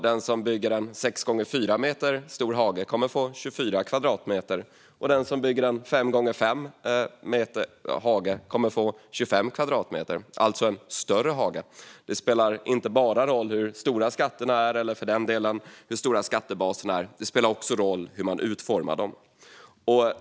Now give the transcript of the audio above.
Den som bygger en 6 gånger 4 meter stor hage kommer att få 24 kvadratmeter, och den som bygger en 5 gånger 5 meter hage kommer att få 25 kvadratmeter, alltså en större hage. Det spelar inte bara roll hur stora skatterna är eller, för den delen, hur stora skattebaserna är. Det spelar också roll hur man utformar dem.